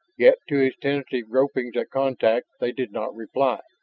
yet to his tentative gropings at contact they did not reply.